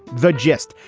the gist?